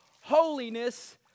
holiness